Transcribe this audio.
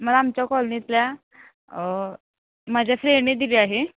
मला आमच्या कॉलनीतल्या माझ्या फ्रेंडने दिली आहे